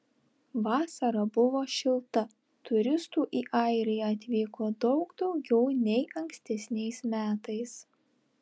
vasara buvo šilta turistų į airiją atvyko daug daugiau nei ankstesniais metais